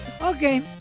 Okay